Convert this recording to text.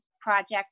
project